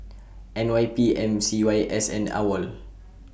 N Y P M C Y S and AWOL